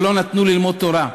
שלא נתנו ללמוד תורה,